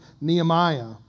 Nehemiah